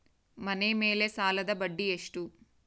ಮನೆ ಮೇಲೆ ಸಾಲದ ಬಡ್ಡಿ ಎಷ್ಟು?